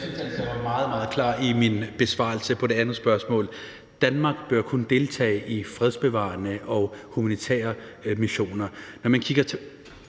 Jeg synes ellers, at jeg var meget klar i min besvarelse af det andet spørgsmål. Danmark bør kun deltage i fredsbevarende og humanitære missioner.